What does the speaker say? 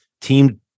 team